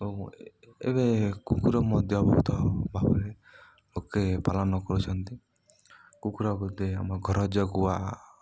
ଏବଂ ଏବେ କୁକୁର ମଧ୍ୟ ବହୁତ ଭାବରେ ଲୋକେ ପାଳନ କରୁଛନ୍ତି କୁକୁର ବୋଧେ ଆମ ଘର ଜଗୁଆ